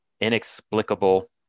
inexplicable